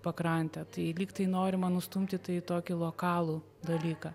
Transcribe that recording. pakrantę tai lyg tai norima nustumti tai į tokį lokalų dalyką